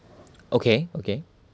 okay okay